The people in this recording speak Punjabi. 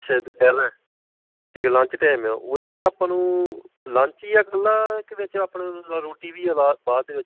ਅੱਛਾ ਦੁਪਰਿਹਾ ਦਾ ਠੀਕ ਹੈ ਲੰਚ ਟਾਈਮ ਆ ਉਹਦੇ ਵਿੱਚ ਆਪਾਂ ਨੂੰ ਲੰਚ ਹੀ ਆ ਇਕੱਲਾ ਕਿ ਵਿੱਚ ਆਪਣੇ ਰੋਟੀ ਵੀ ਆ ਬਾਅ ਬਾਅਦ ਦੇ ਵਿੱਚ